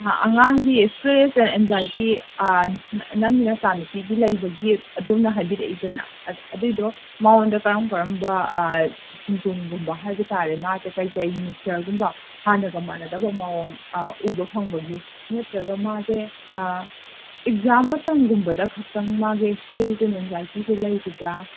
ꯑꯉꯥꯡꯒꯤ stress and anxiety ꯅꯪꯒꯤ ꯅꯆꯥꯅꯨꯄꯤꯒꯤ ꯂꯩꯕꯒꯤ ꯑꯗꯣꯝꯅ ꯍꯥꯏꯕꯤꯔꯛꯏꯗꯅ ꯑꯗꯨꯏꯗꯣ ꯃꯉꯣꯟꯗ ꯀꯔꯝ ꯀꯔꯝꯕ ꯁꯤꯝꯇꯣꯝꯒꯨꯝꯕ ꯍꯥꯏꯕꯇꯥꯔꯦ ꯃꯥꯁꯦ ꯀꯩ ꯀꯩ ꯅꯦꯆꯔꯒꯨꯝꯕ ꯍꯥꯟꯅꯒ ꯃꯥꯟꯅꯗꯕ ꯃꯑꯣꯡ ꯎꯕ ꯐꯪꯕꯒꯦ ꯅꯠꯇ꯭ꯔꯒ ꯃꯥꯁꯦ ꯑꯦꯛꯖꯥꯝ ꯃꯇꯝꯒꯨꯝꯕꯗ ꯈꯛꯇꯪ ꯃꯥꯒꯤ ꯏꯁꯇ꯭ꯔꯦꯁ ꯑꯦꯟ ꯑꯦꯟꯖꯥꯏꯇꯤꯁꯦ ꯂꯩꯈꯤꯕ꯭ꯔꯥ